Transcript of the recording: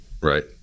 right